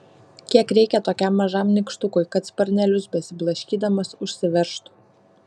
kiek reikia tokiam mažam nykštukui kad sparnelius besiblaškydamas užsiveržtų